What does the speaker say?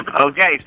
Okay